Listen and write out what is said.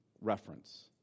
reference